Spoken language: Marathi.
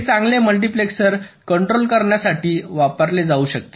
हे चांगले मल्टीप्लेसर कंट्रोल करण्यासाठी वापरले जाऊ शकते